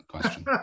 question